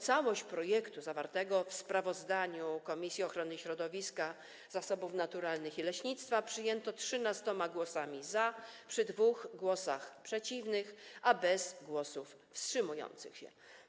Całość projektu zawartego w sprawozdaniu Komisji Ochrony Środowiska, Zasobów Naturalnych i Leśnictwa została przyjęta 13 głosami za, przy 2 głosach przeciwnych, a bez głosów wstrzymujących się.